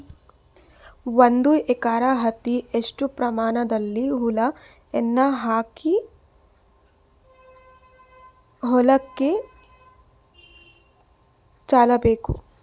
ಒಂದು ಎಕರೆ ಹತ್ತಿ ಎಷ್ಟು ಪ್ರಮಾಣದಲ್ಲಿ ಹುಳ ಎಣ್ಣೆ ಹಾಕಿ ಹೊಲಕ್ಕೆ ಚಲಬೇಕು?